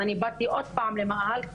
אז אני באתי עוד פעם למאהל,